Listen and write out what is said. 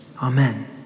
Amen